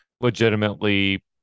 legitimately